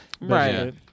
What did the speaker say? Right